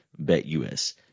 BetUS